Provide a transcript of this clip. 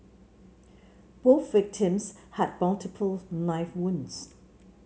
both victims had multiple knife wounds